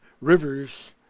rivers